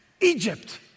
Egypt